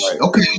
okay